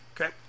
Okay